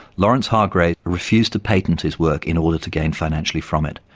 lawrence hargraves refused to patent his work in order to gain financially from it,